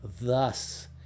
thus